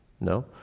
No